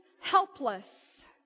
helpless